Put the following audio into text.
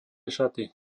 šaty